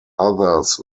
others